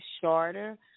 shorter